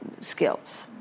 skills